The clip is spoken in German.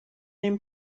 dem